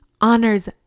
honors